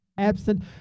Absent